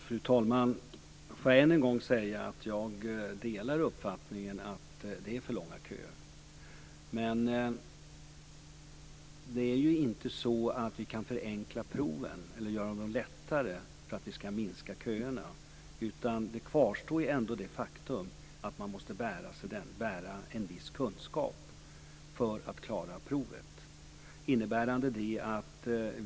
Fru talman! Låt mig än en gång säga att jag delar uppfattningen att det är för långa köer. Men det är ju inte så att vi kan göra proven lättare för att minska köerna. Kvarstår gör ändå det faktum att man måste bära en viss kunskap för att klara provet.